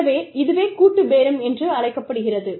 எனவே இதுவே கூட்டுப் பேரம் என்று அழைக்கப்படுகிறது